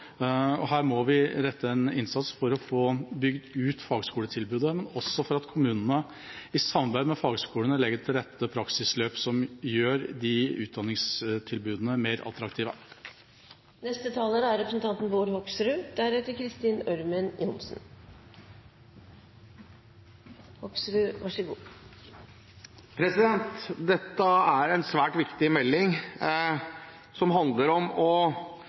Her må vi sette inn en innsats for å få bygd ut fagskoletilbudet, men også for at kommunene i samarbeid med fagskolene legger til rette praksisløp som gjør de utdanningstilbudene mer attraktive. Dette er en svært viktig melding som handler om å forsterke og forbedre det tilbudet som allerede i dag blir gitt i primærhelsetjenesten i Norge. Det er viktig